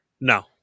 No